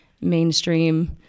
mainstream